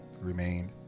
remained